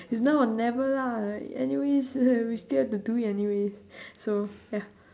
it's now or never lah right anyways we still have to do it anyway so ya